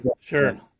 sure